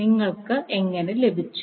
നിങ്ങൾക്ക് എങ്ങനെ ലഭിച്ചു